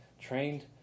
trained